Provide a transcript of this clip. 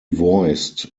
voiced